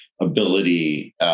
ability